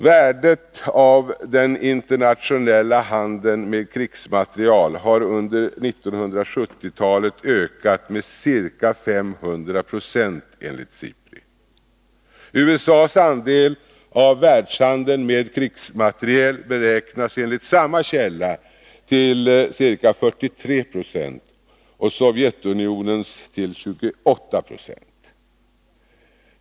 Värdet av den internationella handeln med krigsmateriel har under 1970-talet ökat med ca 500 26 enligt SIPRI. USA:s andel av världshandeln med krigsmateriel beräknas enligt samma källa till ca 43 20 och Sovjetunionens till 28 90.